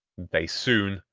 they soon,